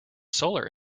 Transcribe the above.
solar